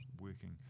working